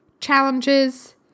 challenges